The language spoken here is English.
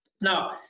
now